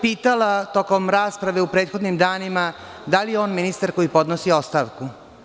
Pitala sam tokom rasprave u prethodnim danima da li je on ministar koji podnosi ostavku.